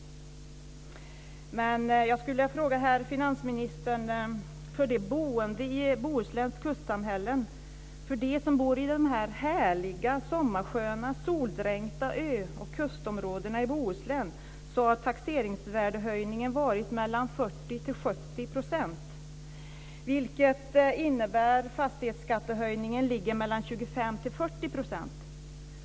Men jag skulle vilja fråga herr finansministern: För de boende i Bohusläns kustsamhällen, för de som bor i de härliga sommarsköna, soldränkta öoch kustområdena i Bohuslän har taxeringsvärdehöjningen varit mellan 40 % och 70 %, vilket innebär att fastighetsskattehöjningen ligger mellan 25 % och 40 %.